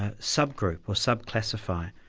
ah sub-group or sub-classify.